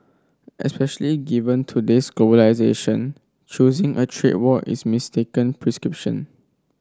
especially given today's globalisation choosing a trade war is a mistaken prescription